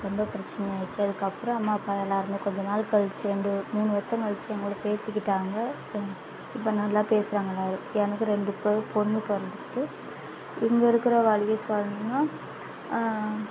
ரொம்ப ப்ரச்சனையாக ஆயிர்ச்சு அதுக்கப்புறம் அம்மா அப்பா எல்லாருமே கொஞ்ச நாள் கழிச்சு எங்களோ மூணு வருஷம் கழிச்சு என் கூட பேசிக்கிட்டாங்க இப்போ நல்லா பேசுறாங்க எல்லாரும் எனக்கு ரெண்டு இப்போ பொண்ணு பிறந்துருக்கு இங்கே இருக்கிற வலியை சொல்லணுன்னா